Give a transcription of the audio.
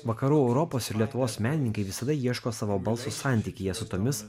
vakarų europos ir lietuvos menininkai visada ieško savo balso santykyje su tomis